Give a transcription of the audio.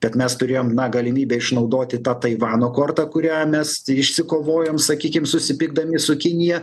bet mes turėjom na galimybę išnaudoti tą taivano kortą kurią mes išsikovojom sakykim susipykdami su kinija